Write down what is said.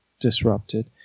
disrupted